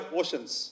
oceans